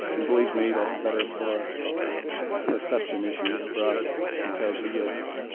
and believe me, that's better for perception issues for us because we get